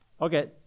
okay